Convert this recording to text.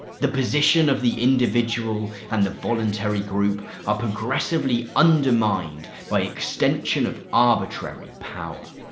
the position of the individual and the voluntary group are progressively undermined by extension of arbitrary power'.